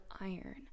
iron